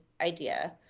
idea